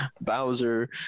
Bowser